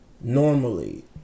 Normally